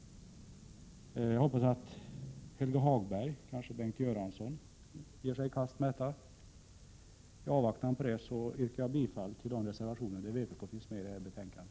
Jag hoppas att Helge Hagberg eller kanske Bengt Göransson ger sig i kast med besvarandet av dem. I avvaktan på vad de har att säga yrkar jag bifall till de reservationer som vpk-representanter har fogat till detta betänkande.